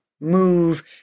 move